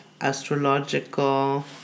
astrological